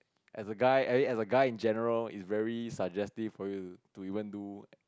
as a guy I mean as a guy in general it's very suggestive for you to to even do